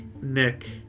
nick